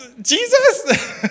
Jesus